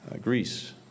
Greece